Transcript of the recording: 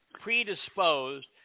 predisposed